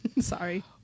Sorry